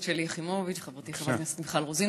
שלי יחימוביץ וחברתי חברת הכנסת מיכל רוזין,